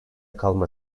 kalma